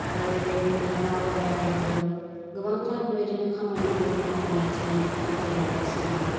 आरो बेबादिनो दावबायारिफोर गोबांथार बेबायदिनो खामानिफोर मावनायजों आवगायलांगासिनो दं